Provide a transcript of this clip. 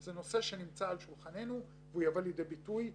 כמובן שמיטב המקצוענים במשרדנו עוסקים בנושא הזה ואנחנו צופים לעתיד.